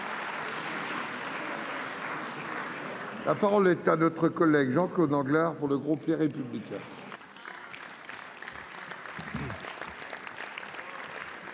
La parole est à M. Jean-Claude Anglars, pour le groupe Les Républicains.